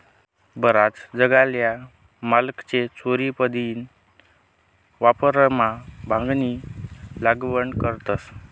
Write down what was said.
बराच जागल्या मालकले चोरीदपीन वावरमा भांगनी लागवड करतस